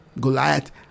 Goliath